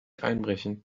einbrechen